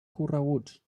correguts